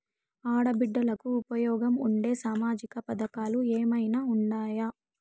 ఆడ బిడ్డలకు ఉపయోగం ఉండే సామాజిక పథకాలు ఏమైనా ఉన్నాయా?